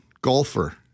golfer